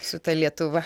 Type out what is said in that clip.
su ta lietuva